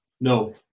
No